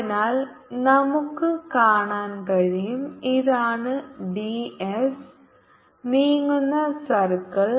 അതിനാൽ നമുക്ക് കാണാൻ കഴിയും ഇതാണ് d s നീങ്ങുന്ന സർക്കിൾ